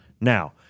Now